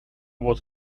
was